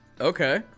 Okay